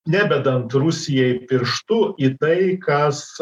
nebedant rusijai pirštu į tai kas